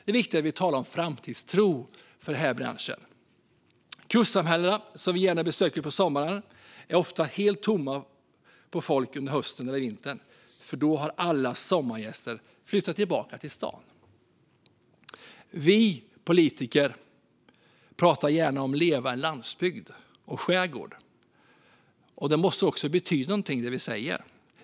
Det är viktigt att vi talar om framtidstro för denna bransch. Kustsamhällena, som vi gärna besöker på sommaren, är ofta helt tomma på folk under hösten och vintern, för då har alla sommargäster flyttat tillbaka till stan. Vi politiker pratar gärna om en levande landsbygd och skärgård, men det vi säger måste också betyda något.